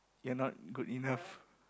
you're not good enough